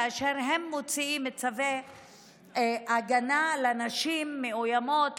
שכאשר הם מוציאים צווי ההגנה לנשים מאוימות,